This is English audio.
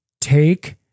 take